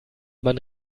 man